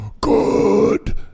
good